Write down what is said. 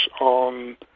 on